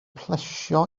plesio